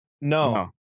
No